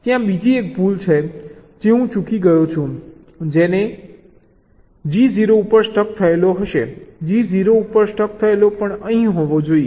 ત્યાં બીજી એક ભૂલ છે જે હું ચૂકી ગયો છું જે તેમનો G 0 ઉપર સ્ટક થયેલો હશે G 0 ઉપર સ્ટક થયેલો પણ અહીં હોવો જોઈએ